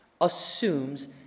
assumes